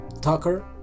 Tucker